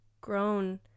grown